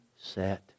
set